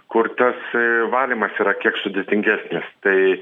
kur tas a valymas yra kiek sudėtingesnis tai